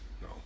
No